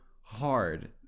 hard